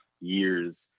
years